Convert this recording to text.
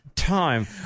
time